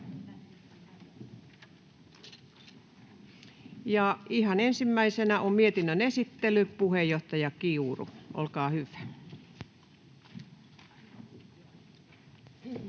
Ihan ensimmäisenä on mietinnön esittely. Puheenjohtaja Kiuru, olkaa hyvä. [Speech